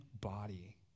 body